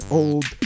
old